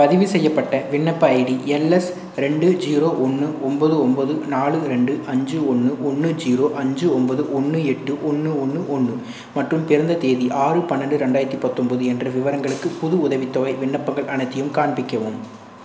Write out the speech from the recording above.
பதிவுசெய்யப்பட்ட விண்ணப்ப ID LS ரெண்டு ஜீரோ ஒன்று ஒன்பது ஒன்பது நாலு ரெண்டு அஞ்சு ஒன்று ஒன்று ஜீரோ அஞ்சு ஒன்பது ஒன்று எட்டு ஒன்று ஒன்று ஒன்று மற்றும் பிறந்த தேதி ஆறு பன்னெண்டு ரெண்டாயிரத்து பத்தொன்பது என்ற விவரங்களுக்கு புது உதவித்தொகை விண்ணப்பங்கள் அனைத்தையும் காண்பிக்கவும்